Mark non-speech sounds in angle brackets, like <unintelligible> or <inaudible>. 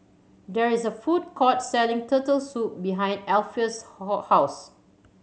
there is a food court selling Turtle Soup behind Alpheus' <unintelligible> house